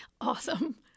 Awesome